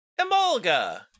Emolga